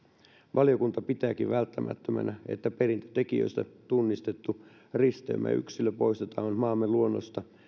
valiokunta pitääkin välttämättömänä että perintötekijöistä tunnistettu risteymäyksilö poistetaan maamme luonnosta